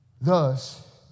Thus